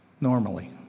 normally